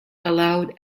allowed